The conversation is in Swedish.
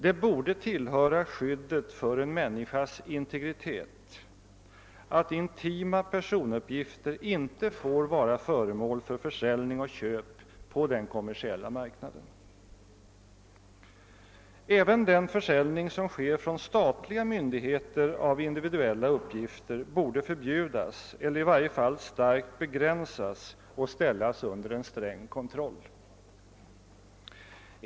Det borde tillhöra skyddet för en människas integritet att intima personuppgifter inte får vara föremål för försäljning och köp på den kommersiella marknaden. Även försäljningen från statliga myndigheter av individuella uppgifter borde förbjudas eller i varje fall starkt begränsas och ställas under en sträng kontroll.